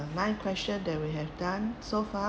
my question that we have done so far